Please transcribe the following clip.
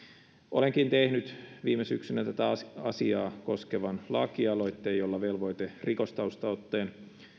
olenkin tehnyt viime syksynä tätä asiaa koskevan lakialoitteen jolla velvoite rikostaustaotteen